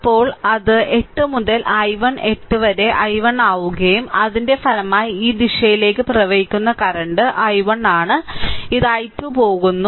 അപ്പോൾ അത് 8 മുതൽ I1 8 വരെ I1 ആകുകയും അതിന്റെ ഫലമായി ഈ ദിശയിലേക്ക് പ്രവഹിക്കുന്ന കറന്റ് I1 ആണ് ഇത് I2 പോകുന്നു